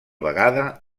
vegada